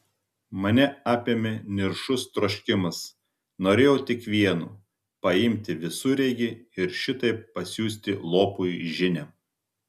mane apėmė niršus troškimas norėjau tik vieno paimti visureigį ir šitaip pasiųsti lopui žinią